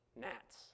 Gnats